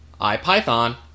IPython